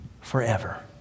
forever